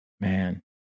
Man